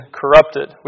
corrupted